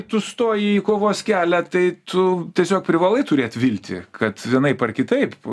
tu stoji į kovos kelią tai tu tiesiog privalai turėt viltį kad vienaip ar kitaip